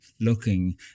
looking